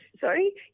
sorry